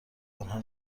آنها